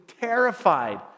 terrified